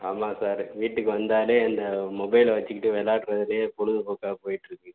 ஆமாம் சார் வீட்டுக்கு வந்தாலே அந்த மொபைலை வச்சுக்கிட்டு விளாட்றதுலே பொழுதுபோக்காக போயிட்டுருக்கு